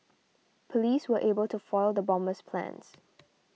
police were able to foil the bomber's plans